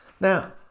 now